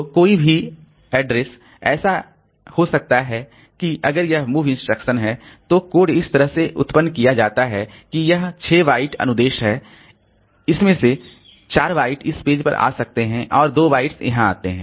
तो कोई भी पता इसलिए ऐसा हो सकता है कि अगर यह मूव इंस्ट्रक्शन है तो कोड इस तरह से उत्पन्न किया जाता है कि यह एक 6 बाइट अनुदेश है इसमें से 4 बाइट्स इस पेज पर आ सकते हैं और 2 बाइट्स यहाँ आते हैं